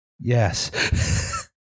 Yes